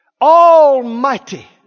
Almighty